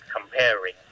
comparing